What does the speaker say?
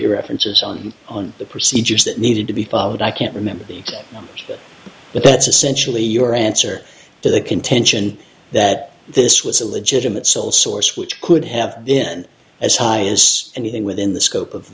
the references on on the procedures that needed to be followed i can't remember the numbers but that's essentially your answer to the contention that this was a legitimate sole source which could have been as high as anything within the scope of